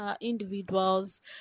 individuals